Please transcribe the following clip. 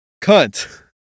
cunt